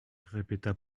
répéta